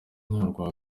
urwa